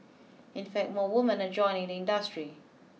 in fact more women are joining the industry